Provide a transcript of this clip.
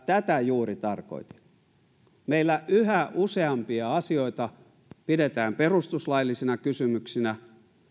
tätä juuri tarkoitin meillä yhä useampia asioita pidetään perustuslaillisina kysymyksinä